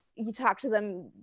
you talk to them,